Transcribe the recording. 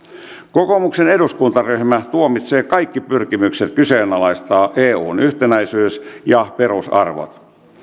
kokoomuksen eduskuntaryhmä tuomitsee kaikki pyrkimykset kyseenalaistaa eun yhtenäisyys ja perusarvot